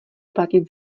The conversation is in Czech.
platit